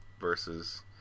versus